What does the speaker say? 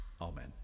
Amen